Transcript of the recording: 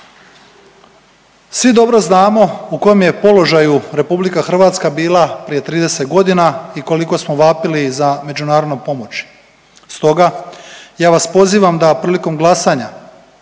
Svi dobro znamo u kojem je položaju RH bila prije 30.g. i koliko smo vapili za međunarodnom pomoći. Stoga ja vas pozivam da prilikom glasanja